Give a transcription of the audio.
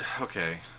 Okay